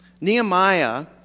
Nehemiah